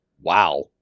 Wow